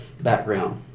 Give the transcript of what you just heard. background